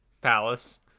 palace